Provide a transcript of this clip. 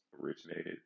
originated